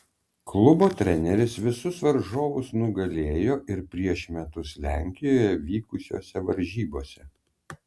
klubo treneris visus varžovus nugalėjo ir prieš metus lenkijoje vykusiose varžybose